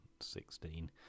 sixteen